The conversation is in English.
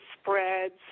spreads